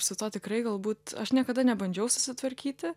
ir su tuo tikrai galbūt aš niekada nebandžiau susitvarkyti